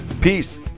Peace